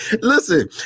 Listen